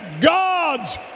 God's